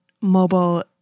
mobile